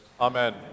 Amen